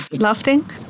Laughing